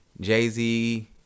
Jay-Z